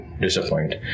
disappoint